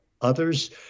others